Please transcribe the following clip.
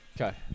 Okay